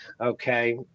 Okay